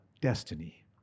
destiny